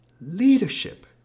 leadership